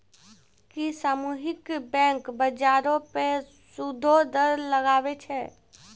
कि सामुहिक बैंक, बजारो पे सूदो दर लगाबै छै?